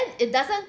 it doesn't